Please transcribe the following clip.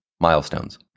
Milestones